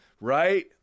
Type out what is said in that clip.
right